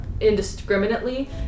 Indiscriminately